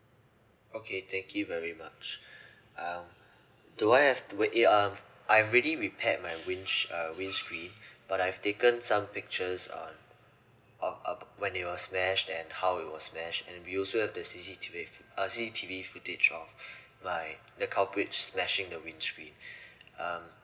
okay thank you very much um do I have to wait eh um I've already repaired my windsh~ uh windscreen but I've taken some pictures on of of when it was smashed and how it was smashed and we also have the C_C_T_V fo~ uh C_C_T_V footage of my the culprits smashing the windscreen um